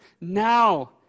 now